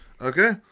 okay